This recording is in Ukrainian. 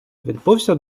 відбувся